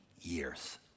years